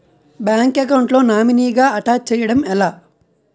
Bank account లో నామినీగా attach చేయడం ఎలా?